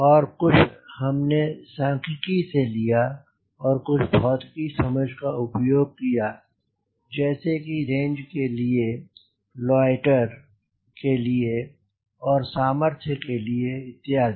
और कुछ हमने सांख्यकी से लिया और कुछ भौतिकी समझ का उपयोग किया जैसे कि रेंज के लिए लोइटेर के लिए और सामर्थ्य के लिए इत्यादि